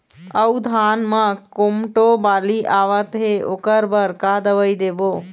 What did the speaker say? अऊ धान म कोमटो बाली आवत हे ओकर बर का दवई देबो?